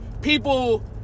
people